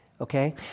okay